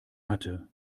hatte